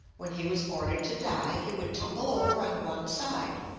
when he was ordered to die, he would tumble over on one side,